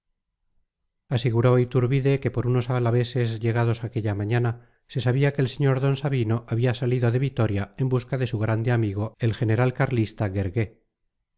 aseguró iturbide que por unos alaveses llegados aquella mañana se sabía que el señor d sabino había salido de vitoria en busca de su grande amigo el general carlista